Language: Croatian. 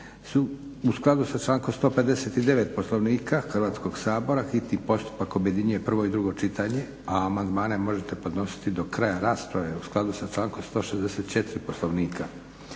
U skladu sa člankom 159. Poslovnika Hrvatskog sabora hitni postupak objedinjuje prvo i drugo čitanje, a amandmane možete podnositi do kraja rasprave u skladu sa člankom 164. Poslovnika.